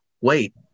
wait